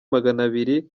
maganabiri